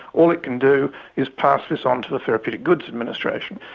all it can do is pass this on to the therapeutic goods administration.